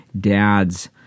dad's